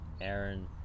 Aaron